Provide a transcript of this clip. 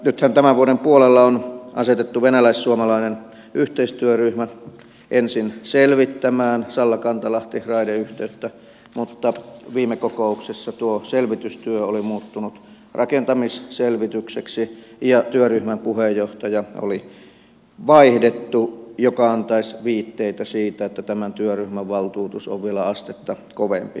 nythän tämän vuoden puolella on asetettu venäläis suomalainen yhteistyöryhmä ensin selvittämään sallakantalahti raideyhteyttä mutta viime kokouksessa tuo selvitystyö oli muuttunut rakentamisselvitykseksi ja työryhmän puheenjohtaja oli vaihdettu mikä antaisi viitteitä siitä että tämän työryhmän valtuutus on vielä astetta kovempi